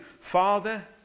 Father